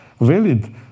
valid